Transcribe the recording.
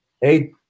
Eight